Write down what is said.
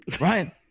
right